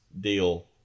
deal